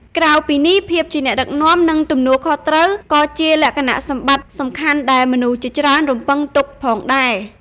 ក្រៅពីនេះ ភាពជាអ្នកដឹកនាំ និង ទំនួលខុសត្រូវ ក៏ជាលក្ខណៈសម្បត្តិសំខាន់ដែលមនុស្សជាច្រើនរំពឹងទុកផងដែរ។